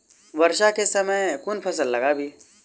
वर्षा केँ समय मे केँ फसल लगाबी?